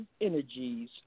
energies